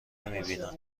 نمیبینن